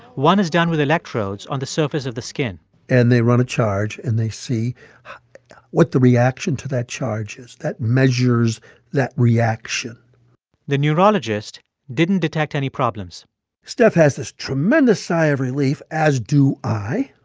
one is done with electrodes on the surface of the skin and they run a charge, and they see what the reaction to that charge is. that measures that reaction the neurologist didn't detect any problems steph has this tremendous sigh of relief, as do i.